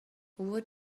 what